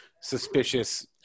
suspicious